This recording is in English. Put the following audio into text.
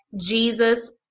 Jesus